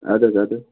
اَدٕ حظ اَدٕ حظ